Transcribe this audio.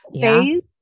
phase